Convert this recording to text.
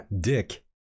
Dick